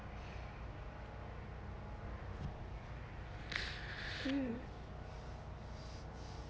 mm